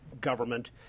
government